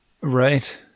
Right